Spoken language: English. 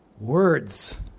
Words